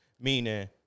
Meaning